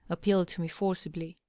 appealed to me forcibly.